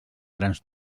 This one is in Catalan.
grans